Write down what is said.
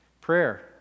Prayer